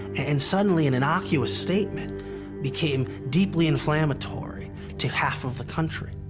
and suddenly, an innocuous statement became deeply inflammatory to half of the country.